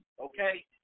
okay